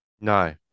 No